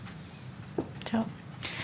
טוב.